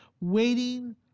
waiting